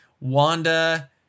Wanda